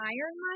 Iron